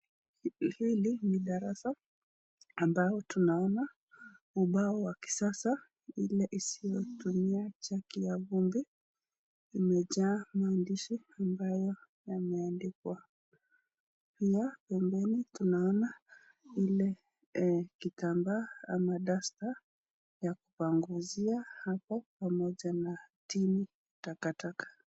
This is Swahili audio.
Hili ni darasa ambao tunaona ubao wa kisasa ile isiotumia chaki ya vumbi imejaa maandishi ambayo yameandikwa. Pia pembeni tunaona ile kitambaa ama duster ya kupanguzia hapo pamoja na bin ya takataka.